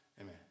Amen